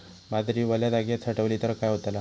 बाजरी वल्या जागेत साठवली तर काय होताला?